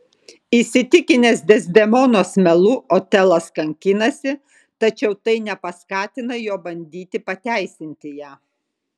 įsitikinęs dezdemonos melu otelas kankinasi tačiau tai nepaskatina jo bandyti pateisinti ją